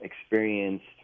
experienced